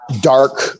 dark